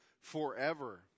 forever